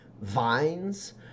vines